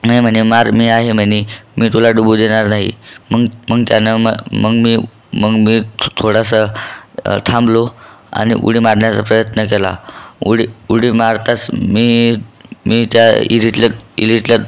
नाही म्हणे मार मी आहे म्हणे मी तुला बुडू देणार नाही मग मग त्यानं मग मग मी मग मी थो थोडासा थांबलो आणि उडी मारण्याचा प्रयत्न केला उडी उडी मारताच मी मी त्या हिरीतल्या हिरीतल्या